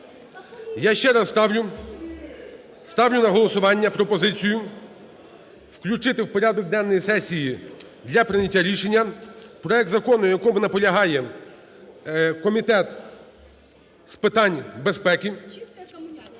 ставлю, ставлю на голосування пропозицію включити в порядок денний сесії для прийняття рішення проект закону, на якому наполягає Комітет з питань безпеки,